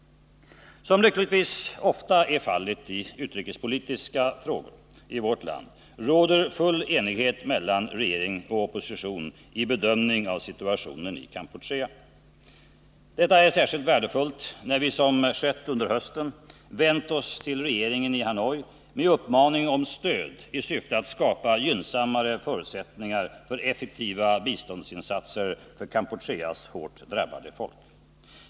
Som lyckligtvis oftast är fallet i utrikespolitiska frågor i vårt land råder full enighet mellan regering och opposition i bedömningen av situationen i Kampuchea. Detta är särskilt värdefullt när vi, som skett under hösten, vänt oss till regeringen i Hanoi med uppmaning om stöd i syfte att skapa gynnsammare förutsättningar för effektiva biståndsinsatser till Kampucheas hårt drabbade folk.